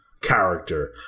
character